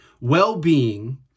well-being